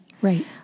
Right